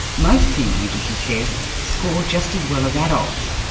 most teenagers he says score just as well as adults,